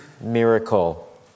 miracle